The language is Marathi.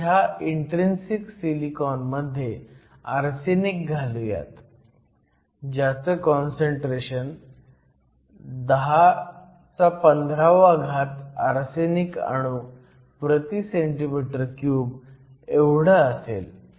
आता ह्या इन्ट्रीन्सिक सिलिकॉनमध्ये आर्सेनिक घालूयात ज्याचं काँसंट्रेशन 1015 आर्सेनिक अणू प्रति cm3 एवढं असेल